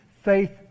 faith